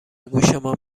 گوشمان